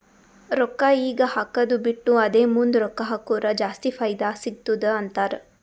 ರೊಕ್ಕಾ ಈಗ ಹಾಕ್ಕದು ಬಿಟ್ಟು ಅದೇ ಮುಂದ್ ರೊಕ್ಕಾ ಹಕುರ್ ಜಾಸ್ತಿ ಫೈದಾ ಸಿಗತ್ತುದ ಅಂತಾರ್